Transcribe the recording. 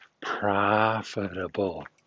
profitable